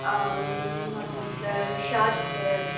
அவங்களுக்கு ஷாட்ஸு